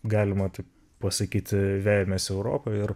galima taip pasakyti vejamės europą ir